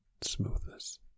smoothness